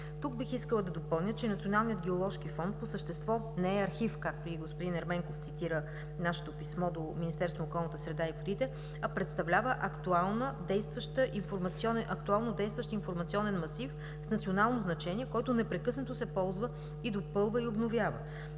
Тук, бих искала да допълня, че Националният геоложки фонд по същество не е архив, както и господин Ерменков цитира нашето писмо до Министерство на околната среда и водите, а представлява актуално действащ информационен масив с национално значение, който непрекъснато се ползва, допълва и обновява.